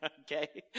Okay